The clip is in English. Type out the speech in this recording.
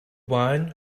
wine